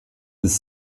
ist